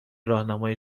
راهنمای